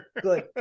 Good